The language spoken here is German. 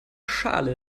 schale